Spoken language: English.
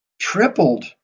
tripled